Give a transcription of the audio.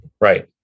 Right